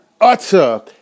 utter